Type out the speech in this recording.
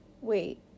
wait